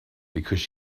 because